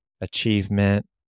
achievement